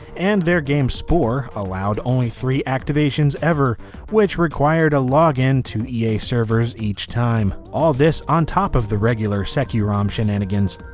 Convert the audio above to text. and their game spore allowed only three activations ever which required a log in to ea's servers each time. all of this on top of the regular securom shenanigans.